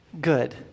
good